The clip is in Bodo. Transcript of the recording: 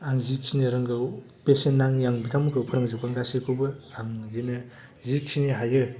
आं जेखिनि रोंगौ बेसेन नाङै आं बिथांमोनखौ फोरोंजोबगोन गासिखौबो आं बिदिनो जिखिनि हायो